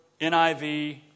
NIV